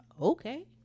okay